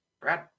brad